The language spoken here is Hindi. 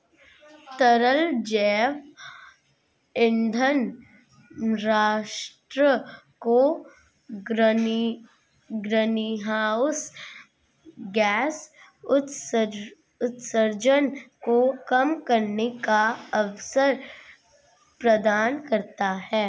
तरल जैव ईंधन राष्ट्र को ग्रीनहाउस गैस उत्सर्जन को कम करने का अवसर प्रदान करता है